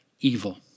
evil